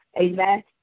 Amen